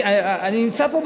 אני נמצא פה,